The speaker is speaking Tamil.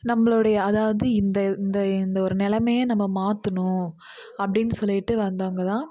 நம்மளோடைய அதாவது இந்த இந்த இந்த ஒரு நிலமைய நம்ம மாற்றணும் அப்படின்னு சொல்லிட்டு வந்தவங்க தான்